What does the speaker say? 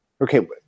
okay